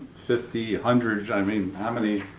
fifty, a hundred, i mean how many.